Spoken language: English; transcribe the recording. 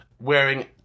wearing